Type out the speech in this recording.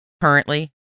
currently